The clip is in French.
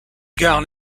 gares